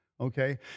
okay